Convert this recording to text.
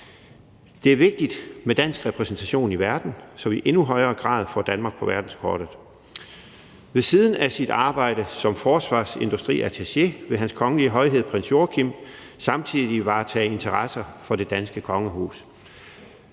Det er vigtigt med dansk repræsentation i verden, så vi i endnu højere grad får sat Danmark på verdenskortet. Ved siden af sit arbejde som forsvarsindustriattaché vil Hans Kongelige Højhed Prins Joachim samtidig varetage interesser for det danske kongehus.